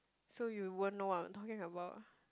so you won't know what I am talking about